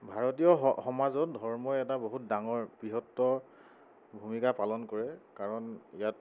ভাৰতীয় সমাজত ধৰ্মই এটা বহুত ডাঙৰ বৃহত্তৰ ভূমিকা পালন কৰে কাৰণ ইয়াত